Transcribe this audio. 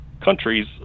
countries